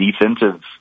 defensive